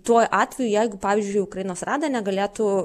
tuo atveju jeigu pavyzdžiui ukrainos rada negalėtų